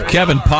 Kevin